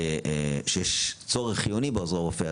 שיש צורך חיוני בעוזרי רופא.